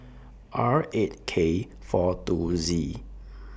R eight K four two Z